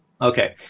Okay